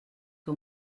que